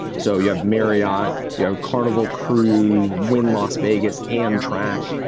so you have marriott, you have carnival cruise, wynn las vegas, amtrak,